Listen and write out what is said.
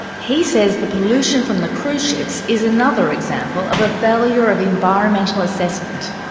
he says the pollution from the cruise ships is another example of a failure of environmental assessment.